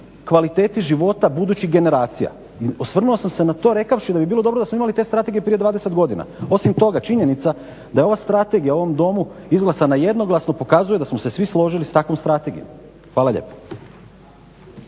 kvaliteti života budućih generacija. Osvrnuo sam se na to rekavši da bi bilo dobro da smo imali te strategije prije 20 godina. Osim toga, činjenica da je ova strategija u ovom Domu izglasana jednoglasno pokazuje da smo se svi složili s takvom strategijom. Hvala lijepo.